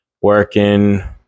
working